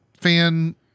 fan